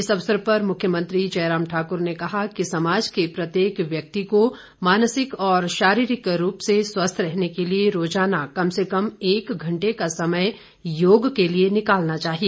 इस अवसर पर मुख्यमंत्री जयराम ठाकर ने कहा कि समाज के प्रत्येक व्यक्ति को मानसिक और शारीरिक रूप से स्वस्थ रहने के लिए रोजाना कम से कम एक घंटे का समय योग के लिए निकालना चाहिए